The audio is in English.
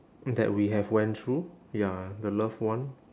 that we have went through ya the love one